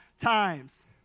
times